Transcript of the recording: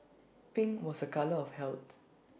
pink was A colour of health